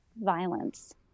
violence